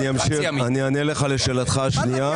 אני אמשיך, אני אענה לך לשאלתך השנייה.